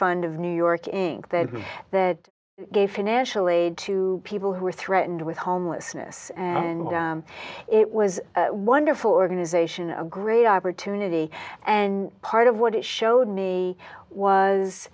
fund of new york in ink that that gave financial aid to people who were threatened with homelessness and it was wonderful organization a great opportunity and part of what it showed me was